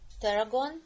tarragon